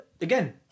again